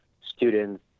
students